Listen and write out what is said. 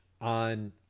on